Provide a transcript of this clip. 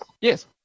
yes